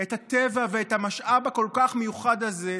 את הטבע ואת המשאב הכל-כך מיוחד הזה,